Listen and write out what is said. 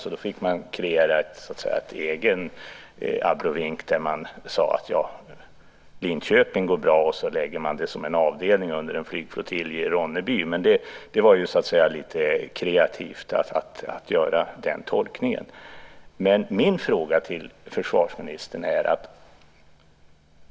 Man fick då så att säga kreera en egen abrovink, som gick ut på att det i Linköping skulle gå bra, med förläggning som en avdelning under en flygflottilj i Ronneby. Det var dock så att säga lite kreativt att göra den tolkningen. Jag har en fråga till försvarsministern.